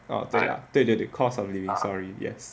哦对啦对对 cost of living sorry yes